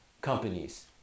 companies